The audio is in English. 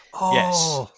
Yes